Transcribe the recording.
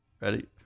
Ready